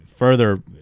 Further